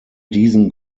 diesen